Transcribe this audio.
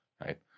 right